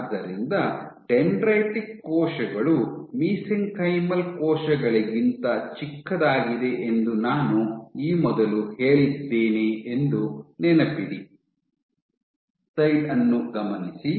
ಆದ್ದರಿಂದ ಡೆಂಡ್ರೈಟಿಕ್ ಕೋಶಗಳು ಮಿಸ್ಕೆಂಕೈಮಲ್ ಕೋಶಗಳಿಗಿಂತ ಚಿಕ್ಕದಾಗಿದೆ ಎಂದು ನಾನು ಈ ಮೊದಲು ಹೇಳಿದ್ದೇನೆ ಎಂದು ನೆನಪಿಡಿ